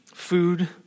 Food